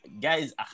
guys